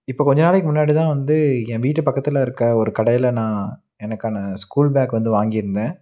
இப்போ கொஞ்சம் நாளைக்கு முன்னாடிதான் வந்து என் வீட்டு பக்கத்துலிருக்க ஒரு கடையில் நான் எனக்கான ஸ்கூல் பேக் வந்து வாங்கியிருந்தேன்